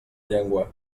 llengua